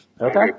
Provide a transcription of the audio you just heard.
Okay